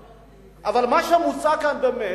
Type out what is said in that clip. אבל מה שמוצע כאן, באמת,